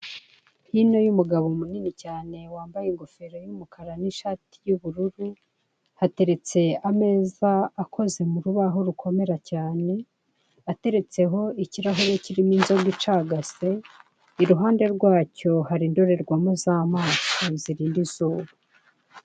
Hino y'umugabo munini cyane, wambaye ingofero y'umukara n'ishati y'ubururu, hateretse ameza akoze mu rubaho rukomera cyane, ateretseho ikirahure kirimo inzoga icagase, iruhande rwacyo hari indorerwamo z'amaso zirinda izuba.